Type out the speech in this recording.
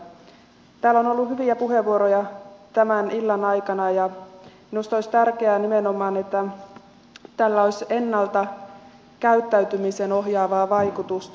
täällä on ollut hyviä puheenvuoroja tämän iltapäivän aikana ja minusta olisi tärkeää nimenomaan että tällä olisi ennalta käyttäytymistä ohjaavaa vaikutusta